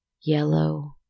Yellow